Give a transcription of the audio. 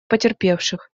потерпевших